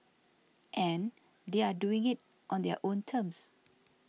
and they are doing it on their own terms